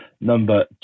number